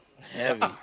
Heavy